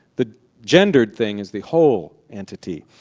the gendered thing is the whole entity.